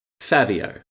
Fabio